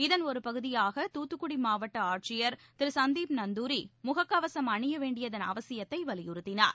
இதன் ஒரு பகுதியாக துத்துக்குடி மாவட்ட ஆட்சியர் திரு சந்தீப் நந்தூரி முகக்கவசம் அணியவேண்டியதன் அவசியத்தை வலியுறுத்தினார்